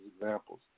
examples